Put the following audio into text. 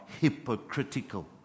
hypocritical